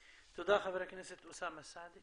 תודה, חבר הכנסת אוסאמה סעדי.